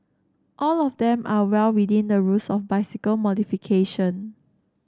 all of them are well within the rules of bicycle modification